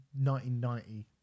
1990